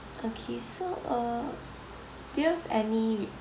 okay so uh do you have any